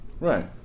Right